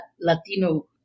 Latino